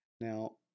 Now